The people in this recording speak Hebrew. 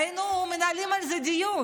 והיינו מנהלים על זה דיון?